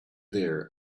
there